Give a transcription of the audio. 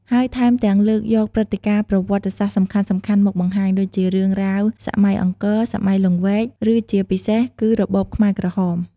ហើយថែមទាំងលើកយកព្រឹត្តិការណ៍ប្រវត្តិសាស្ត្រសំខាន់ៗមកបង្ហាញ ដូចជារឿងរ៉ាវសម័យអង្គរ សម័យលង្វែក ឬជាពិសេសគឺរបបខ្មែរក្រហម ។